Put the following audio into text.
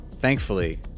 thankfully